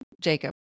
Jacob